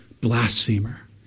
blasphemer